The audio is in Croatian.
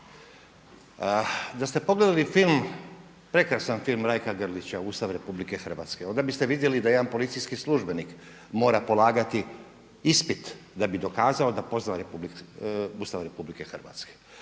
Da ste pogledali film, prekrasan film Rajka Grlića, Ustav RH onda biste vidjeli da jedan policijski službenik mora polagati ispit da bi dokazao da poznaje Ustav RH.